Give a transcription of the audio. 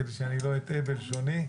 כדי שאני לא אטעה בלשוני.